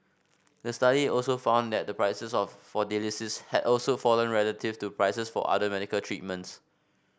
the study also found that the prices of for dialysis had also fallen relative to prices for other medical treatments